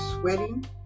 sweating